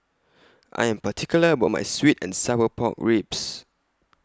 I Am particular about My Sweet and Sour Pork Ribs